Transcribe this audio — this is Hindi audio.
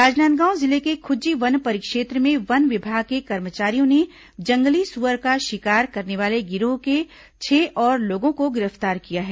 राजनांदगांव जिले के खुज्जी वन परिक्षेत्र में वन विभाग के कर्मचारियों ने जंगली सुअर का शिकार करने वाले गिरोह के छह और लोगों को गिरफ्तार किया है